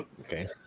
Okay